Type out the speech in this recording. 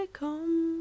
come